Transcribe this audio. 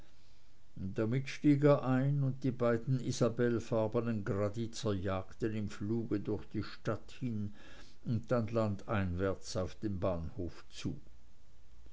damit stieg er ein und die beiden isabellfarbenen graditzer jagten im fluge durch die stadt hin und dann landeinwärts auf den bahnhof zu